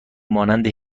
مانند